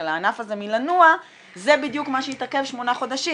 של הענף הזה מלנוע זה בדיוק מה שיתעכב שמונה חודשים.